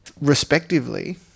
respectively